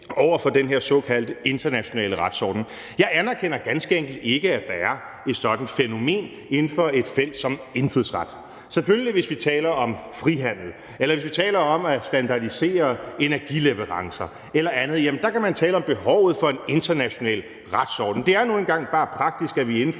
over for den her såkaldte internationale retsorden. Jeg anerkender ganske enkelt ikke, at der er et sådant fænomen inden for et felt som indfødsret. Selvfølgelig er det praktisk, hvis vi taler om frihandel, eller hvis vi taler om at standardisere energileverancer eller andet. Der kan man tale om behovet for en international retsorden. Det er nu engang bare praktisk, at vi inden